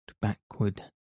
backward